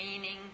meaning